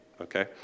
okay